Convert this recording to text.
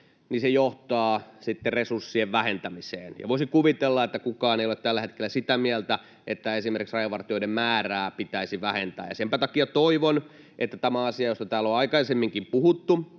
niin se johtaa sitten resurssien vähentämiseen. Ja voisin kuvitella, että kukaan ei ole tällä hetkellä sitä mieltä, että esimerkiksi rajavartijoiden määrää pitäisi vähentää. Senpä takia toivon, että tämä asia, josta täällä on aikaisemminkin puhuttu